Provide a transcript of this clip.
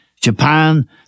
Japan